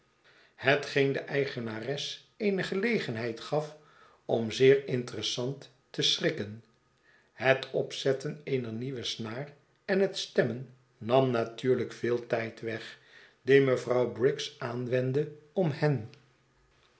hetgeen de eigenares eene gelegenheid gaf om zeer interessant te schrikken het opzetten eener nieuwe snaar en het stemmen nam natuurlijk veel tijd weg dien rnevrouw briggs aanwendde om hen